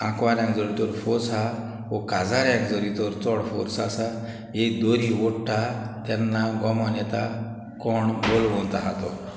आंकवाऱ्यांक जोरी तोर फोर्स आहा वो काजाऱ्यांक जोरी तोर चड फोर्स आसा एक दोरी ओडटा तेन्ना गोमोन येता कोण बोळवत आहा तो